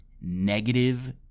negative